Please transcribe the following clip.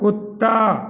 कुत्ता